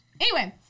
Anyway-